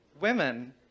Women